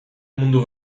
mundu